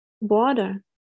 water